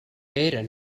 eren